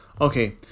okay